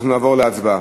ואנחנו נעבור להצבעה.